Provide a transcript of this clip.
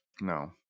No